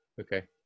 Okay